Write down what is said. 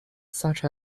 such